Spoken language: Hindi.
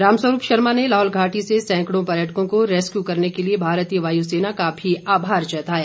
रामस्वरूप शर्मा ने लाहौल घाटी से सैंकड़ों पर्यटकों को रैस्कयू करने के लिए भारतीय वायुसेना का भी आभार जताया